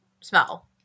smell